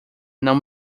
não